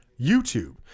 YouTube